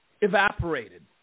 evaporated